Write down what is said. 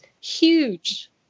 huge